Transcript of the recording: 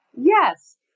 yes